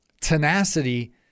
tenacity